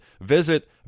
visit